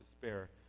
despair